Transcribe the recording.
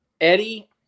Eddie